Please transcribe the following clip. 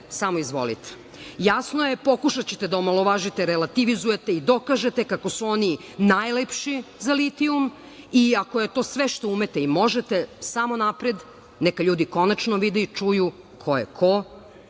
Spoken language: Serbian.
samo izvolite. Jasno je, pokušaćete da omalovažite, relativizujete i dokažete kako su oni najlepši za litijum i ako je sto sve što umete i možete, samo napred, neka ljudi konačno vide i čuju ko je ko,